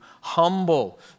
humble